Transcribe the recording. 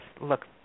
look